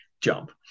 Jump